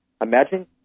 imagine